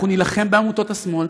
אנחנו נילחם בעמותות השמאל,